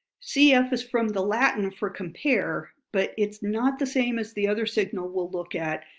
cf. is from the latin for compare, but it's not the same as the other signal we'll look at,